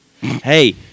Hey